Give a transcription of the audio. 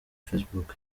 facebook